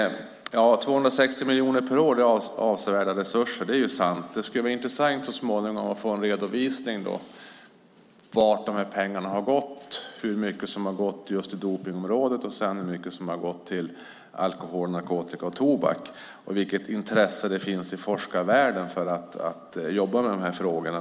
260 miljoner per år är avsevärda resurser, det är sant. Det skulle vara intressant att så småningom få en redovisning av vart de här pengarna har gått, hur mycket som har gått till just dopningsområdet och hur mycket som har gått till alkohol-, narkotika och tobaksområdet samt vilket intresse det finns i forskarvärlden för att jobba med dessa frågor.